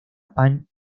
pan